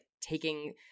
taking –